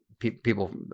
People